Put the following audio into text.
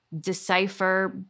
decipher